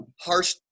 harsh